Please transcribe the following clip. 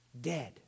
Dead